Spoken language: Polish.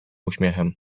uśmiechem